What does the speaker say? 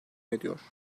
ediyor